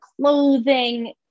clothing